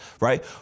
right